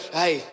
hey